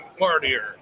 partier